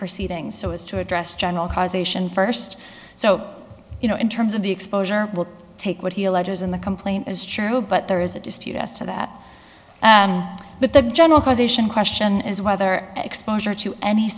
proceedings so as to address general causation first so you know in terms of the exposure will take what he alleges in the complaint is true but there is a dispute as to that but the general causation question is whether exposure to any